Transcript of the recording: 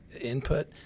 input